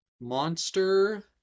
Monster